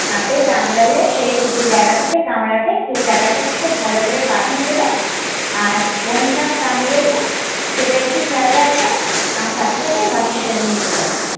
সাপে কামড়ালে সেই যে জায়গাটাতে কামড়াবে সে জায়গাটাতে ভালো করে বাঁধন দেবেন আর কোন সাপ কামড়িয়েছে সেটা একটু খেয়াল রাখবেন আর সাথে সাথে হসপিটাল নিয়ে চলে আসবেন